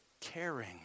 caring